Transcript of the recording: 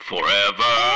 forever